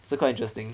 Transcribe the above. so quite interesting